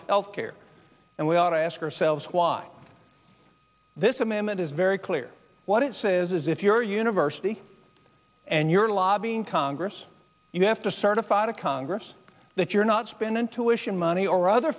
of health care and we ought to ask ourselves why this amendment is very clear what it says is if your university and your lobbying congress you have to certify to congress that you're not spend intuition money or other